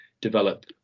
develop